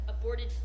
aborted